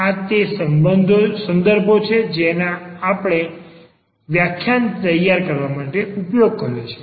આ તે સંદર્ભો છે જેનો આપણે વ્યાખ્યાન તૈયાર કરવા માટે ઉપયોગ કર્યો છે